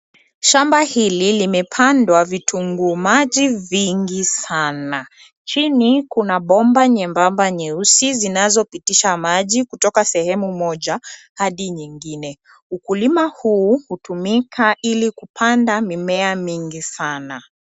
Shamba hili limepandwa vitunguu maji vingi sana. Chini kuna bomba nyembamba nyeusi zinazopitisha maji kutoka sehemu moja hadi nyingine. Ukulima huu hutumika ili kupanda mimea mingi sana.